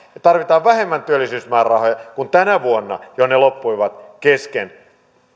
ja tarvitaan vähemmän työllisyysmäärärahoja kuin tänä vuonna jolloin ne loppuivat kesken